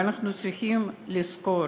ואנחנו צריכים לזכור,